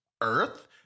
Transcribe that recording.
earth